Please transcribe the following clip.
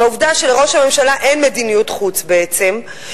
והעובדה שלראש הממשלה אין מדיניות חוץ בעצם,